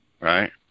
right